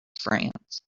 france